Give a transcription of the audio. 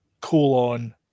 colon